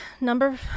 number